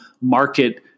market